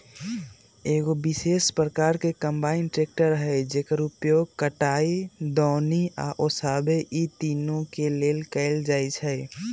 एगो विशेष प्रकार के कंबाइन ट्रेकटर हइ जेकर उपयोग कटाई, दौनी आ ओसाबे इ तिनों के लेल कएल जाइ छइ